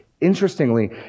Interestingly